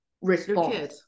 respond